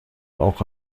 auch